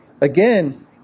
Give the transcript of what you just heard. Again